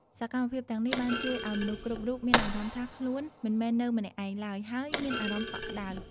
សកម្មភាពទាំងនេះបានជួយឱ្យមនុស្សគ្រប់រូបមានអារម្មណ៍ថាខ្លួនមិនមែននៅម្នាក់ឯងឡើយ ហើយមានអារម្មណ៍កក់ក្តៅ។